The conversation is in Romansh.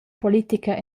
politica